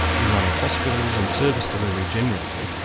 in running hospitals and service delivery generally.